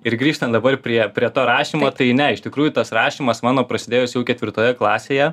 ir grįžtant dabar prie prie to rašymo tai ne iš tikrųjų tas rašymas mano prasidėjo jis jau ketvirtoje klasėje